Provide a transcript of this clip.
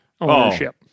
ownership